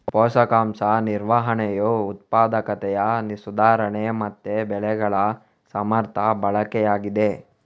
ಪೋಷಕಾಂಶ ನಿರ್ವಹಣೆಯು ಉತ್ಪಾದಕತೆಯ ಸುಧಾರಣೆ ಮತ್ತೆ ಬೆಳೆಗಳ ಸಮರ್ಥ ಬಳಕೆಯಾಗಿದೆ